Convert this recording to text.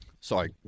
Sorry